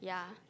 yeah